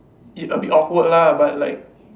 it a bit awkward lah but like